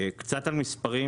קצת על מספרים